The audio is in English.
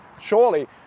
surely